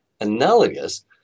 analogous